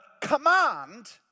command